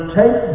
take